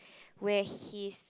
where his